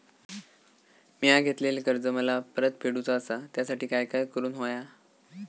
मिया घेतलेले कर्ज मला परत फेडूचा असा त्यासाठी काय काय करून होया?